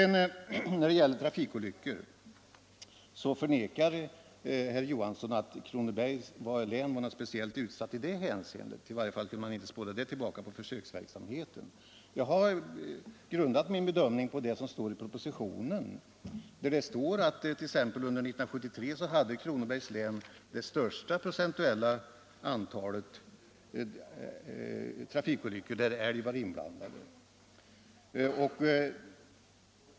När det gäller trafikolyckor förnekar herr Johansson i Växjö att Kronobergs län var speciellt utsatt; i varje fall kunde man inte spåra olyckorna tillbaka till försöksverksamheten. Jag har grundat min bedömning på det som står i propositionen, där det t.ex. sägs att under 1973 hade Kronobergs län procentuellt sett det största antalet trafikolyckor där älg var inblandad.